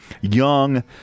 young